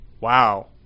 Wow